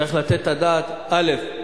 צריך לתת את הדעת: א.